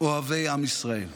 אוהבי עם ישראל.